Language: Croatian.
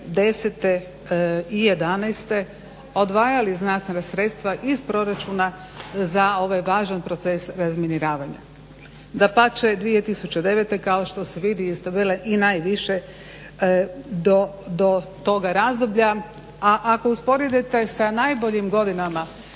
2010.i 2011.odvajali znatna sredstva iz proračuna za ovaj važan proces razminiravanja. Dapače 2009.kao što se vidi iz tabele i najviše do toga razdoblja. A ako usporedite sa najboljim godinama